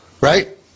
right